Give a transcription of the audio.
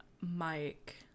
mike